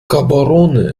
gaborone